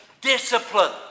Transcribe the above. discipline